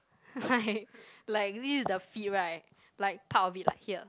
like like this is the feet right like part of it like here